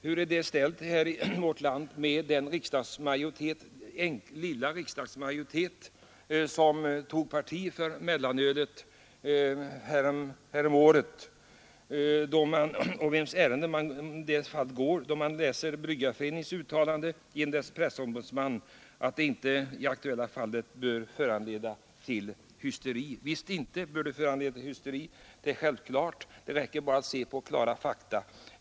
Hur är det ställt med den lilla riksdagsmajoritet som tog parti för mellanölet häromåret? Vems ärenden går den? Det kan man fråga sig, när man läser det uttalande som Bryggareföreningen gjort genom sin pressombudsman, där det heter att det aktuella fallet inte bör föranleda hysteri. Det är självklart att det inte bör föranleda hysteri. Det räcker sannerligen att se fakta.